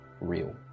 real